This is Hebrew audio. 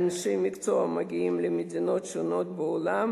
ואנשי מקצוע מגיעים למדינות שונות בעולם